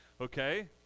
Okay